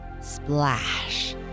Splash